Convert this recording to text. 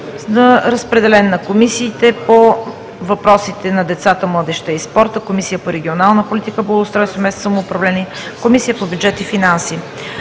Разпределен е и на Комисията по въпросите на децата, младежта и спорта, Комисията по регионална политика, благоустройство и местно самоуправление и Комисията по бюджет и финанси.